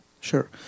Sure